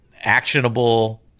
actionable